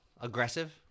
aggressive